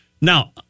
Now